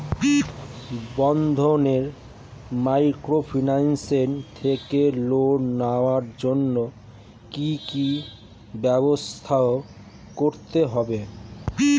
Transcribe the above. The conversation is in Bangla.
বন্ধন মাইক্রোফিন্যান্স থেকে লোন নেওয়ার জন্য কি কি ব্যবস্থা করতে হবে?